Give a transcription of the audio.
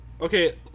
Okay